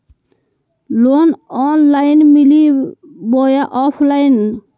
Loan online मिली बोया offline?